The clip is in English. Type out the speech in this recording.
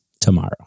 tomorrow